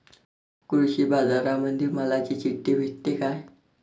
कृषीबाजारामंदी मालाची चिट्ठी भेटते काय?